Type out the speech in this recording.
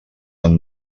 amb